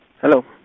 Hello